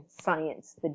science